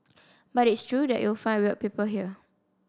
but it's true that you'll find weird people here